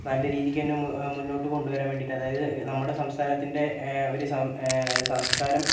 നല്ല രീതിക്ക് തന്നെ മുന്നോട്ട് കൊണ്ടുവരാൻ വേണ്ടിയിട്ട് അതായത് നമ്മുടെ സംസ്ഥാനത്തിൻ്റെ ഒരു സം സംസ്കാരം